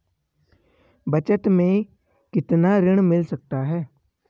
बचत मैं कितना ऋण मिल सकता है?